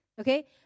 okay